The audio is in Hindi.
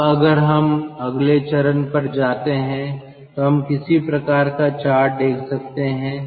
अब अगर हम अगले चरण पर जाते हैं तो हम किसी प्रकार का चार्ट देख सकते हैं